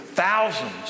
Thousands